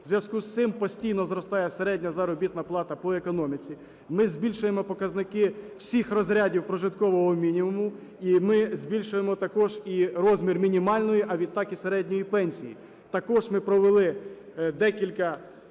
У зв'язку з цим постійно зростає середня заробітна плата по економіці, ми збільшуємо показники всіх розрядів прожиткового мінімуму і ми збільшуємо також і розмір мінімальної, а відтак середньої пенсії. Також ми провели декілька